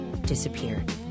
disappeared